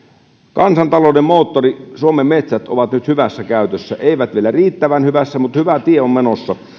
kansantalouden moottori eli suomen metsät on nyt hyvässä käytössä ei vielä riittävän hyvässä mutta hyvä tie on menossa